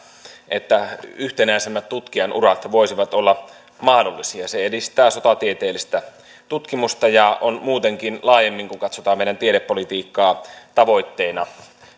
että yhtenäisemmät tutkijan urat voisivat olla mahdollisia se edistää sotatieteellistä tutkimusta ja on muutenkin tavoitteena kun laajemmin katsotaan meidän tiedepolitiikkaa